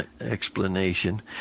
explanation